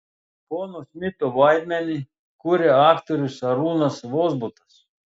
pono smito vaidmenį kuria aktorius arūnas vozbutas